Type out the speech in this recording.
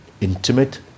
intimate